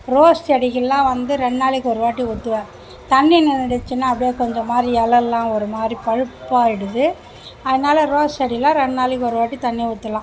rose செடிக்கிலாம் வந்து ரெண்டு நாளைக்கு ஒரு வாட்டி ஊற்றுவேன் தண்ணி நின்னுடுச்சின்னால் அப்படியே கொஞ்சம் மாதிரி எலைலாம் ஒரு மாதிரி பழுப்பாக ஆகிடுது அதனால ரோஸ் செடிலாம் ரெண்டு நாளைக்கு ஒரு வாட்டி தண்ணி ஊற்றலாம்